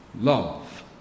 Love